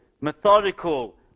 methodical